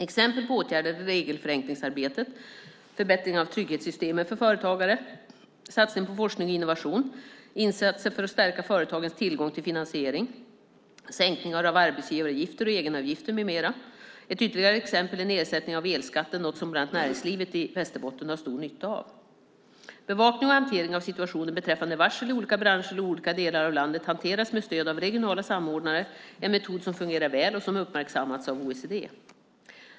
Exempel på åtgärder är regelförenklingsarbetet, förbättringar av trygghetssystemen för företagare, satsningar på forskning och innovation, insatser för att stärka företagens tillgång till finansiering, sänkningar av arbetsgivaravgifter och egenavgifter med mera. Ett ytterligare exempel är nedsättningen av elskatten, något som bland annat näringslivet i Västerbotten har stor nytta av. Bevakning och hantering av situationen beträffande varsel i olika branscher och i olika delar av landet hanteras med stöd av regionala samordnare, en metod som fungerar väl och som uppmärksammats av OECD.